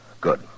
Good